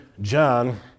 John